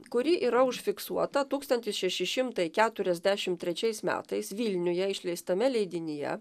kuri yra užfiksuota tūkstantis šeši šimtai keturiasdešim trečiais metais vilniuje išleistame leidinyje